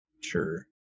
Sure